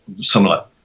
similar